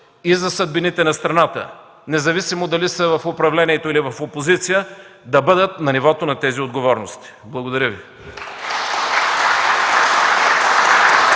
и за съдбините на страната, независимо дали са в управлението или в опозиция, да бъдат на нивото на тези отговорности! Благодаря.